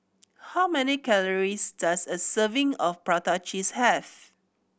how many calories does a serving of prata cheese have